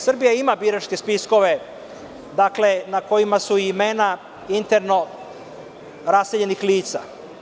Srbija ima biračke spiskove, na kojima su imena interno raseljenih lica.